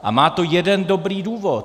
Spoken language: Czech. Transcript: A má to jeden dobrý důvod.